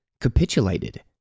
capitulated